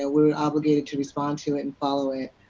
no we are obligated to respond to it and follow it.